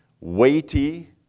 weighty